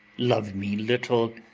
love me little,